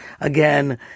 Again